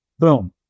Boom